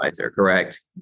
correct